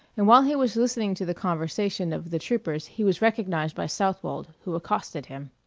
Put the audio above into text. and while he was listening to the conversation of the troopers he was recognized by southwold, who accosted him.